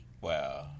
Wow